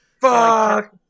Fuck